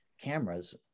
cameras